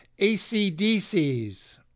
ACDCs